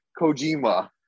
Kojima